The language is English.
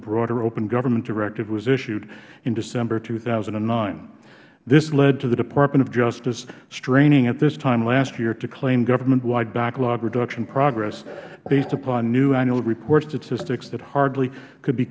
broader open government directive was issued in december two thousand and nine this led to the department of justice straining at this time last year to claim government wide backlog reduction progress based upon new annual report statistics that hardly could be